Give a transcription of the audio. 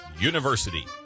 University